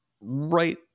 right